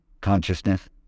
consciousness